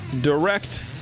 direct